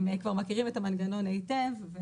הם כבר מכירים את המנגנון היטב.